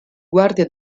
guardie